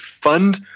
fund